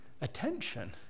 attention